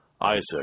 Isaac